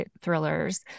thrillers